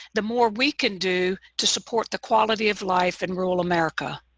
the more we can do to support the quality of life in rural america.